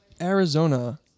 Arizona